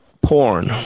Porn